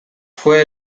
fue